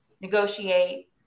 negotiate